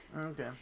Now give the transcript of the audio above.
Okay